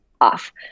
off